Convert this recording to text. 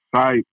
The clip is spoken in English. site